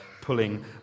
pulling